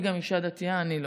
היא גם אישה דתייה, אני לא.